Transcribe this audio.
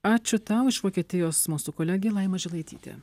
ačiū tau iš vokietijos mūsų kolegė laima žilaitytė